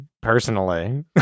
personally